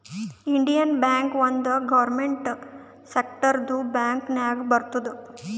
Indian bank ಒಂದ್ government ಸೆಕ್ಟರ್ದು bank ನಾಗ್ ಬರ್ತುದ್